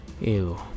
ew